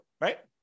right